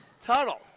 Tunnel